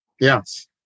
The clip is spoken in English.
Yes